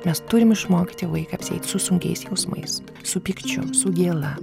mes turim išmokyti vaiką apsieiti su sunkiais jausmais su pykčiu su gėla